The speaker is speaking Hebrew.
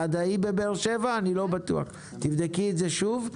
אני לא בטוח, תבדקי את זה שוב.